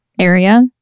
area